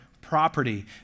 property